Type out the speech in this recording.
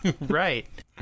Right